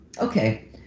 Okay